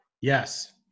Yes